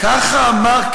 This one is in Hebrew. ככה אמר,